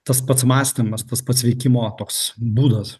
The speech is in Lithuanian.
tas pats mąstymas tas pats veikimo toks būdas